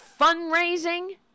fundraising